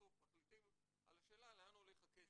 בסוף מחליטים על השאלה לאן הולך הכסף,